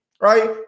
right